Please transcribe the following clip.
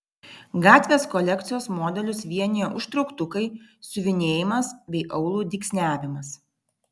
gatvės kolekcijos modelius vienija užtrauktukai siuvinėjimas bei aulų dygsniavimas